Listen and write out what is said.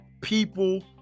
people